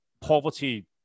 poverty